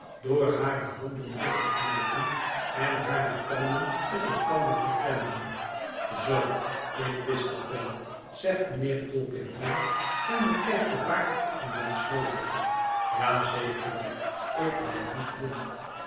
door hare handen dicht te knijpen en hare tanden op elkander te klemmen zoo ik wist dat wel zegt mijnheer tulkinghorn en bekijkt den baard van zijn sleutel ja zekerlijk ik ben niet blind